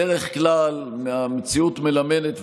בדרך כלל המציאות מלמדת,